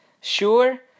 sure